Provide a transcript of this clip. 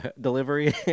delivery